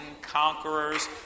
conquerors